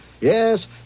Yes